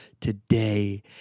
today